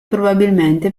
probabilmente